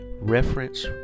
reference